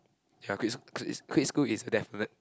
ya quit sch~ quit quit school is a definite